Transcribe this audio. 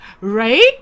Right